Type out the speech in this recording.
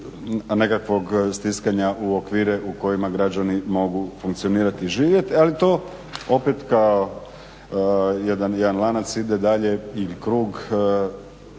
nekakvog stiskanja u okvire u kojima građani mogu funkcionira i živjeti. Ali to opet kao jedan lanac ide dalje ili krug